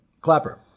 Clapper